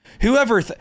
Whoever